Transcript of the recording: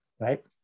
right